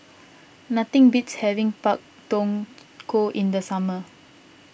nothing beats having Pak Thong Ko in the summer